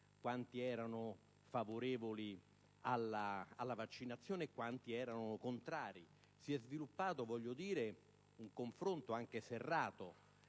quanti erano favorevoli alla vaccinazione e quanti erano contrari. Si è sviluppato un confronto anche serrato